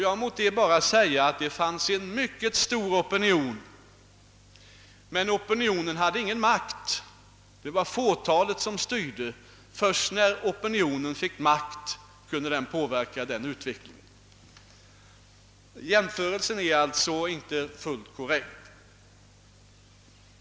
Jo, herr Wahlund, det fanns en mycket stark opinion, men den hade ingen makt. Det var fåtalet som styrde. Först när opinionen fick inflytande kunde den påverka utvecklingen. Jämförelsen är alltså inte fullt korrekt.